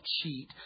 cheat